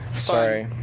sorry.